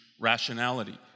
rationality